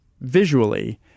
visually